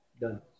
done